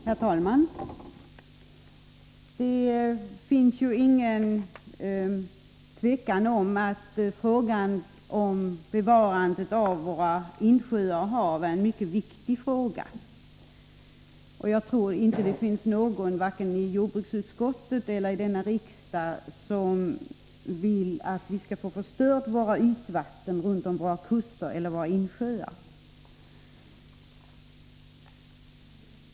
Herr talman! Det råder inget tvivel om att bevarandet av våra insjöar är en mycket viktig fråga. Jag tror inte att det finns någon, vare sig i jordbruksutskottet eller i kammaren som vill att vi skall få ytvattnen förstörda vid våra kuster eller i våra insjöar.